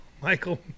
Michael